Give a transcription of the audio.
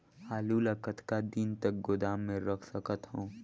आलू ल कतका दिन तक गोदाम मे रख सकथ हों?